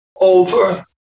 over